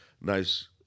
nice